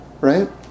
Right